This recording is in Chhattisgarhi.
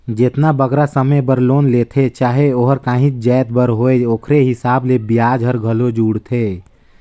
जेतना बगरा समे बर लोन लेथें चाहे ओहर काहींच जाएत बर होए ओकरे हिसाब ले बियाज हर घलो जुड़थे